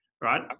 right